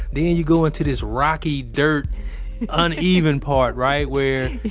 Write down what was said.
then, you go into this rocky dirt uneven part, right, where